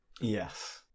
Yes